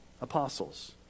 apostles